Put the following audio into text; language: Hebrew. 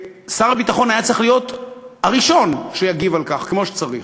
ושר הביטחון היה צריך להיות הראשון שיגיב על כך כמו שצריך,